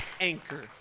anchor